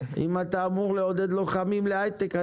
אם אתה אמור לעודד לוחמים להייטק אתה